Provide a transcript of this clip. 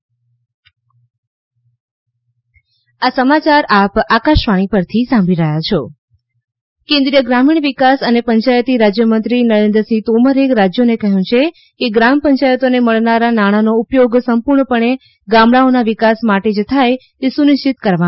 તોમર ગ્રામીણ વિકાસ કેન્દ્રિય ગ્રામીણ વિકાસ અને પંચાયતી રાજ્યમંત્રી નરેન્દ્ર સિંહ તોમરે રાજ્યોને કહ્યું છે કે ગ્રામપંચાયતોને મળનારા નાણાંનો ઉપયોગ સંપૂર્ણપણે ગામડાઓના વિકાસ માટે જ થાય તે સુનિશ્ચિત કરવામાં આવે